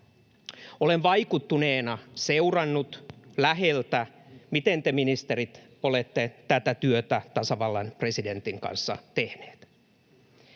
Olen vaikuttuneena seurannut läheltä, miten te ministerit olette tätä työtä tasavallan presidentin kanssa tehneet.